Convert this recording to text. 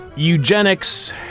Eugenics